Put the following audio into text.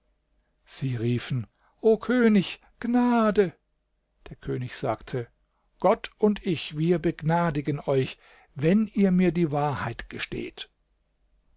sie riefen o könig gnade der könig sagte gott und ich wir begnadigen euch wenn ihr mir die wahrheit gesteht